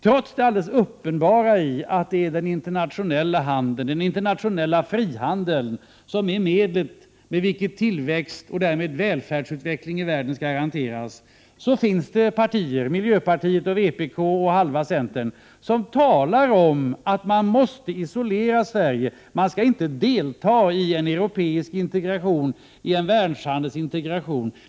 Trots att den internationella frihandeln helt uppenbart är medlet med hjälp av vilket tillväxt och därmed välfärdsutveckling i världen skall garanteras, finns partier — miljöpartiet, vpk och halva centern — som säger att Sverige måste isoleras och inte delta i en europeisk integration eller i en världshandelsintegration.